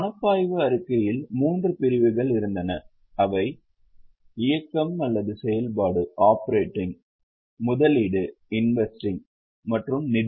பணப்பாய்வு அறிக்கையில் மூன்று பிரிவுகள் இருந்தன அவை இயக்கம்செயல்பாடு முதலீடு மற்றும் நிதி